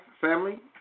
family